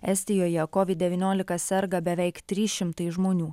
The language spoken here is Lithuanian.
estijoje covid devyniolika serga beveik trys šimtai žmonių